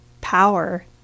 power